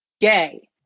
gay